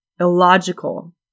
illogical